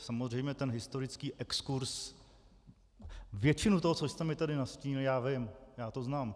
Samozřejmě ten historický exkurz... většinu toho, co jste mi tady nastínil, já vím, já to znám.